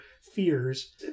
fears